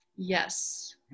Yes